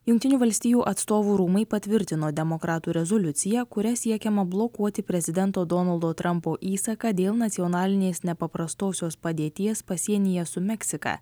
jungtinių valstijų atstovų rūmai patvirtino demokratų rezoliuciją kuria siekiama blokuoti prezidento donaldo trampo įsaką dėl nacionalinės nepaprastosios padėties pasienyje su meksika